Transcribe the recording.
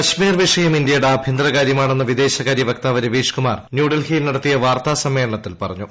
കശ്മീർ വിഷയം ഇന്ത്യയുടെ ആഭ്യന്തര കാര്യമാണെന്ന് വിദേശകാര്യ വക്താവ് രവീഷ്കുമാർ ന്യൂഡൽഹിയിൽ നടത്തിയ വാർത്താസമ്മേളനത്തിൽ പറഞ്ഞു